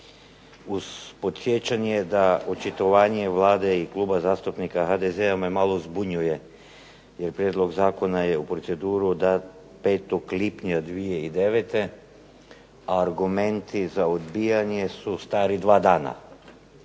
uz podsjećanje da očitovanje Vlade i Kluba zastupnika HDZ-a me malo zbunjuje jer prijedlog zakona je u proceduru dan 05. lipnja 2009., a argumenti za odbijanje su stari 2 dana.